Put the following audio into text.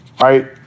Right